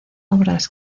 obras